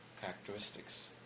characteristics